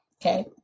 okay